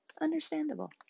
understandable